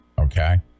Okay